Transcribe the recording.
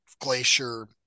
Glacier